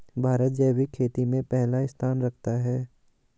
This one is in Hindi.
भारत जैविक खेती में पहला स्थान रखता है